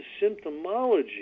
symptomology